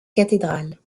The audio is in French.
cathédrale